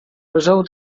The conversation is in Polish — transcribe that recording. leżało